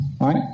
right